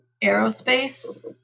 aerospace